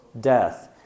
death